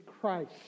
Christ